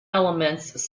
elements